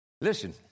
Listen